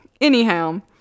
Anyhow